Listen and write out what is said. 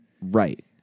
Right